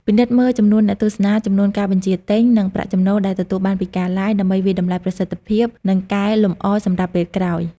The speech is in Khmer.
ពិនិត្យមើលចំនួនអ្នកទស្សនា ចំនួនការបញ្ជាទិញ និងប្រាក់ចំណូលដែលទទួលបានពីការ Live ដើម្បីវាយតម្លៃប្រសិទ្ធភាព និងកែលម្អសម្រាប់ពេលក្រោយ។